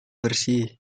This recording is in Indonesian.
bersih